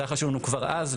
זה היה חשוב לנו כבר אז,